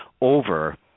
over –